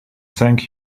thank